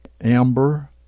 Amber